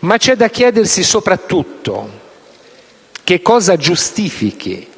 Ma c'è da chiedersi soprattutto che cosa giustifichi